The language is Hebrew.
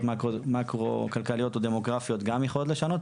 מאקרו כלכליות או דמוגרפיות יכולים לשנות.